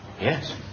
Yes